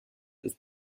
ist